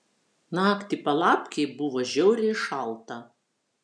naktį palapkėj buvo žiauriai šalta